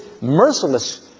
merciless